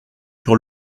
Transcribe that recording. sur